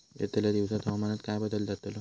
यतल्या दिवसात हवामानात काय बदल जातलो?